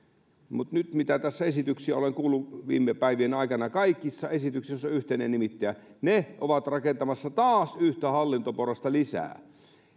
mutta mitä tässä esityksiä olen nyt viime päivien aikana kuullut kaikissa esityksissä on yhteinen nimittäjä ne ovat rakentamassa taas yhtä hallintoporrasta lisää